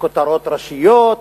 כותרות ראשיות,